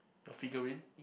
the figurine